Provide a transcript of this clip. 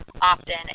often